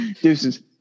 Deuces